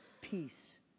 peace